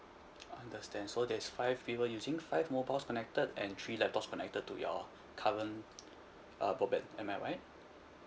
understand so there's five people using five mobiles connected and three laptops connected to your current uh broadband am I right